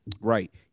Right